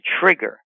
trigger